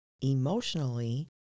emotionally